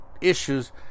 issues